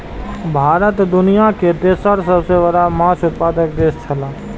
भारत दुनिया के तेसर सबसे बड़ा माछ उत्पादक देश छला